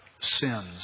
sins